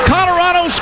Colorado